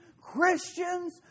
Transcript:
Christians